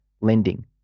lending